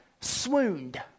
swooned